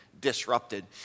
disrupted